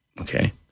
Okay